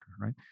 right